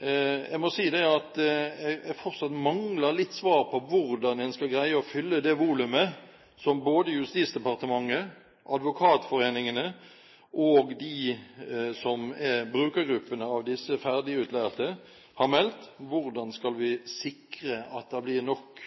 Jeg må si at jeg fortsatt mangler litt svar på hvordan en skal greie å fylle det volumet som både Justisdepartementet, Advokatforeningen og brukergruppene av disse ferdigutlærte har meldt. Hvordan skal vi sikre at det blir nok